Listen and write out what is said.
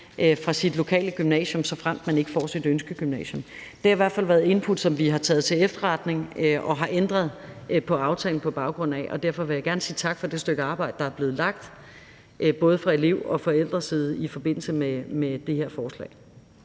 fra sit lokalområde, såfremt man ikke kommer på sit ønskegymnasium. Det har i hvert fald været input, som vi har taget til efterretning og har ændret på aftalen på baggrund af. Derfor vil jeg gerne sige tak for det stykke arbejde, der er blevet lagt både fra elev- og forældreside i forbindelse med det her forslag.